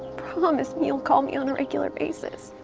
promise me, you'll call me on a regular basis?